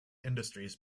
industries